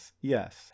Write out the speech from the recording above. yes